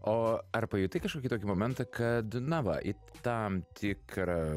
o ar pajutai kažkokį tokį momentą kad na va į tam tikrą